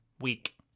week